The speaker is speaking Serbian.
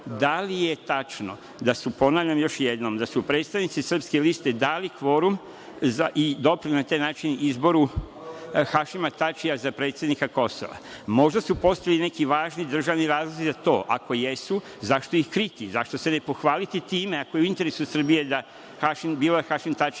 da li je tačno, ponavljam još jednom, da su predstavnici srpske liste dali kvorum i doprineli na taj način izboru Hašima Tačija za predsednika Kosova? Možda su postojali neki važni državni razlozi za to. Ako jesu, zašto ih kriti? Zašto se ne pohvaliti time, ako je u interesu Srbije, da Hašim Tači